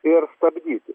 ir stabdyti